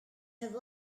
have